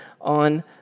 on